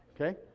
Okay